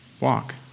walk